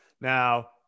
Now